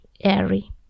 airy